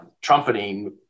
trumpeting